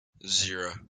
zero